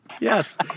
Yes